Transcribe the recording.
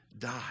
die